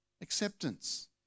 acceptance